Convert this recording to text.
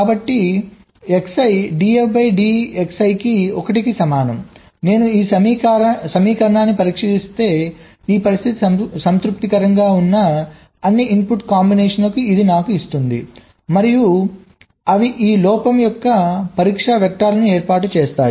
కాబట్టి Xi df dXi 1 కి సమానం నేను ఈ సమీకరణాన్ని పరిష్కరిస్తే ఈ పరిస్థితి సంతృప్తికరంగా ఉన్న అన్ని ఇన్పుట్ కాంబినేషన్లను ఇది నాకు ఇస్తుంది మరియు అవి ఈ లోపం కోసం పరీక్షా వెక్టర్లను ఏర్పాటు చేస్తాయి